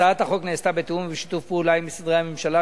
הצעת החוק נעשתה בתיאום ובשיתוף פעולה עם משרדי הממשלה,